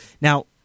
Now